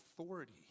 authority